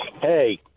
Hey